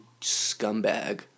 scumbag